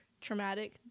Traumatic